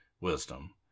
wisdom